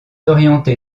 orientée